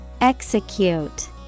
Execute